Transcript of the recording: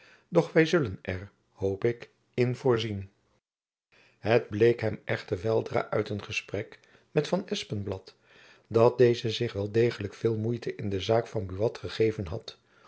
doch wy zullen er hoop ik in voorzien het bleek hem echter weldra uit een gesprek met van espenblad dat deze zich wel degelijk veel moeite in de zaak van buat gegeven had